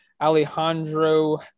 Alejandro